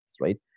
right